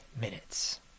minutes